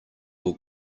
will